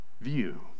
view